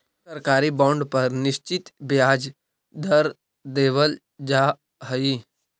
सरकारी बॉन्ड पर निश्चित ब्याज दर देवल जा हइ